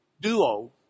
duo